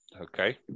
Okay